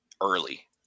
early